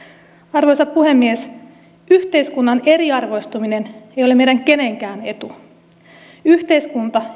arvoisa puhemies yhteiskunnan eriarvoistuminen ei ole meidän kenenkään etu yhteiskunta